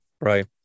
right